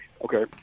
Okay